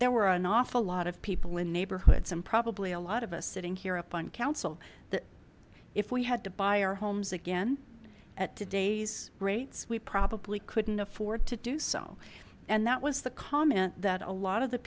there were an awful lot of people in neighborhoods and probably a lot of us sitting here up on council that if we had to buy our homes again at today's rates we probably couldn't afford to do so and that was the comment that a lot of the